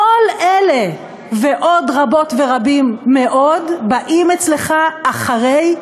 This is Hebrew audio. כל אלה ועוד רבות ורבים מאוד באים אצלך אחרי,